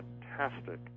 fantastic